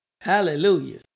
Hallelujah